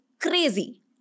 crazy